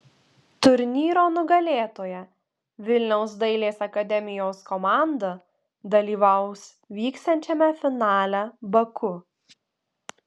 turnyro nugalėtoja vilniaus dailės akademijos komanda dalyvaus vyksiančiame finale baku